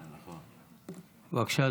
בבקשה,